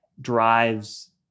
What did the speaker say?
drives